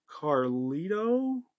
Carlito